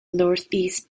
northeast